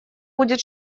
будет